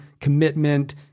commitment